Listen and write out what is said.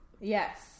Yes